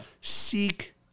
Seek